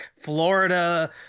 Florida